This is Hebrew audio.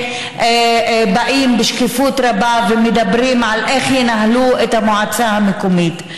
שבאים בשקיפות רבה ומדברים על איך ינהלו את המועצה המקומית.